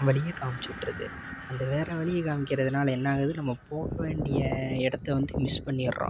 வழிய காமிச்சுட்டுருது அந்த வேறு வழிய காமிக்கிறதுனால என்னாகுது நம்ம போக வேண்டிய இடத்த வந்து மிஸ் பண்ணிவிட்றோம்